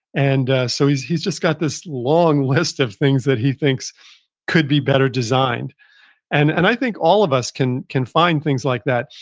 and so he's he's just got this long list of things that he thinks could be better designed and and i think all of us can can find things like that.